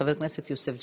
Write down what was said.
חבר הכנסת יוסף ג'בארין.